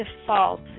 default